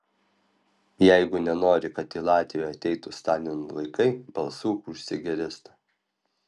jeigu nenori kad į latviją ateitų stalino laikai balsuok už zigeristą